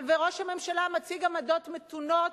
ראש הממשלה מציג עמדות מתונות,